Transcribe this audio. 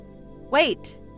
Wait